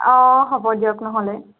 অ' হ'ব দিয়ক নহ'লে